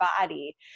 body